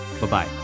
bye-bye